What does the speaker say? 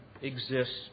exists